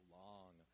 long